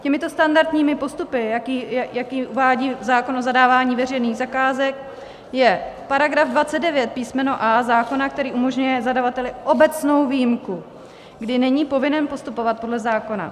Těmito standardními postupy, jak uvádí zákon o zadávání veřejných zakázek, je § 29 písm. a) zákona, který umožňuje zadavateli obecnou výjimku, kdy není povinen postupovat podle zákona.